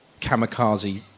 kamikaze